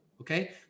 okay